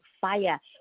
Fire